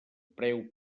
preu